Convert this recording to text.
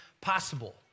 possible